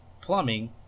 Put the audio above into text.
plumbing